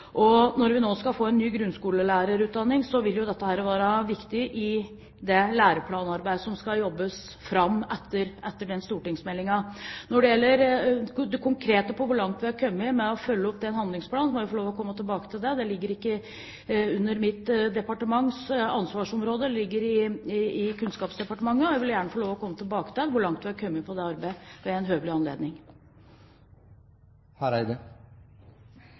Når vi nå skal få en ny grunnskolelærerutdanning, vil dette være viktig i det læreplanarbeidet som skal jobbes fram etter den stortingsmeldingen. Når det gjelder det konkrete spørsmålet om hvor langt vi har kommet med å følge opp denne handlingsplanen, så må jeg få lov til å komme tilbake til det. Det ligger ikke under mitt departements ansvarsområde. Det ligger under Kunnskapsdepartementet. Jeg vil gjerne få lov til å komme tilbake til hvor langt vi har kommet med dette arbeidet ved en høvelig anledning.